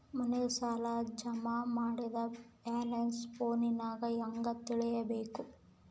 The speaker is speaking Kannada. ಮನೆ ಸಾಲ ಜಮಾ ಮಾಡಿದ ಬ್ಯಾಲೆನ್ಸ್ ಫೋನಿನಾಗ ಹೆಂಗ ತಿಳೇಬೇಕು?